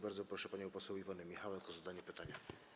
Bardzo proszę panią poseł Iwonę Michałek o zadanie pytania.